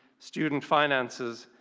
student finances,